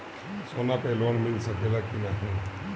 सोना पे लोन मिल सकेला की नाहीं?